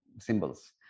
symbols